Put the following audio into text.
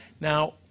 Now